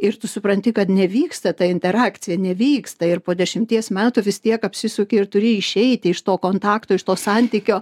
ir tu supranti kad nevyksta ta interakcija nevyksta ir po dešimties metų vis tiek apsisuki ir turi išeiti iš to kontakto iš to santykio